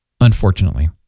Unfortunately